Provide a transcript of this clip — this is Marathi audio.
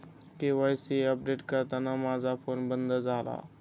के.वाय.सी अपडेट करताना माझा फोन बंद झाला